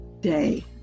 day